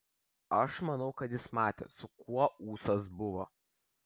aš manau kad jis matė su kuo ūsas buvo